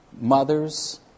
mothers